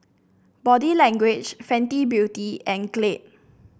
Body Language Fenty Beauty and Glade